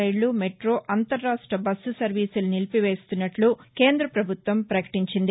రైళ్ల మెట్రో అంతరాష్ట బస్సు సర్వీసులు నిలిపివేస్తున్నట్లు కేంద్రపభుత్వం ప్రకటించింది